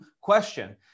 question